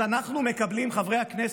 אנחנו מקבלים, חברי הכנסת,